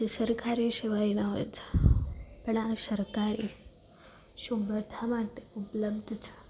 જે સરકારી સિવાયના હોય છે પણ આ સરકારી શું બધા માટે ઉપલબ્ધ છે